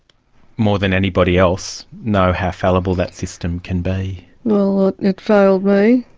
more than anybody else, know how fallible that system can be. well, it failed me,